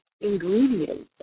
ingredients